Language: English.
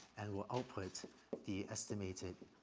and will output the estimated